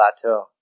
plateau